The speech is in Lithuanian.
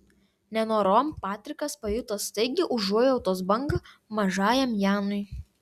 nenorom patrikas pajuto staigią užuojautos bangą mažajam janui